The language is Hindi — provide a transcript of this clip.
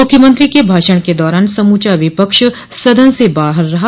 मुख्यमंत्री के भाषण के दौरान समूचा विपक्ष सदन से बाहर रहा